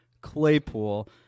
Claypool